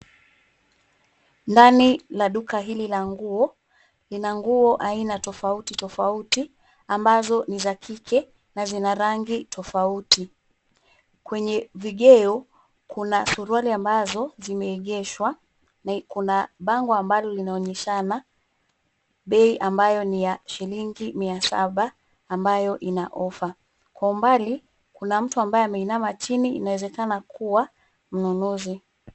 Ndani la duka hili la nguo, lina nguo aina tofauti tofauti ambazo ni za kike na zina rangi tofauti. Kwenye vigeo kuna suruali ambazo zimeegeshwa na kuna bango ambalo linaoonyeshana bei ambayo ni ya shilingi ya mia saba ambayo ina cs[offer]cs. Kwa umbali kuna mtu ambaye ameinama chini, inawezekana kuwa mnunuzi.